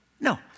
No